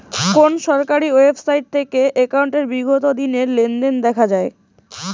কোন সরকারি ওয়েবসাইট থেকে একাউন্টের বিগত দিনের লেনদেন দেখা যায়?